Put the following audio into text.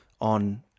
on